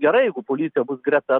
gerai jeigu policija bus greta